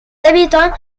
habitants